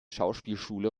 schauspielschule